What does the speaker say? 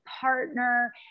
partner